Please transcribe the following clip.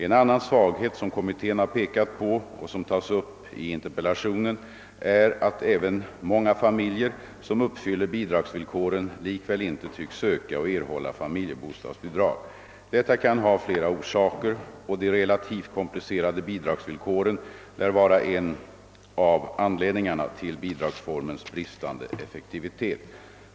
En annan svaghet som kommittén har pekat på och som tas upp i interpellationen är att även många familjer, som uppfyller bidragsvillkoren, likväl inte tycks söka och erhålla familjebostadsbidrag. Detta kan ha flera orsaker, och de relativt komplicerade bidragsvillkoren lär vara en av anledningarna till bidragsformens bristande effektivitet.